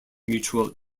mutual